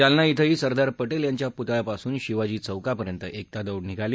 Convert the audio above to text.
जालना झिंही सरदार पटेल यांच्या पुतळ्यापासून शिवाजी चौकापर्यंत एकता दौड निघाली